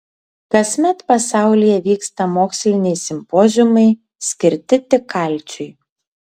kasmet pasaulyje vyksta moksliniai simpoziumai skirti tik kalciui